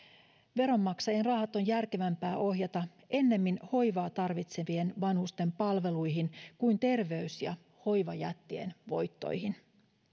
veronmaksajien rahat on järkevämpää ohjata ennemmin hoivaa tarvitsevien vanhusten palveluihin kuin terveys ja hoivajättien voittoihin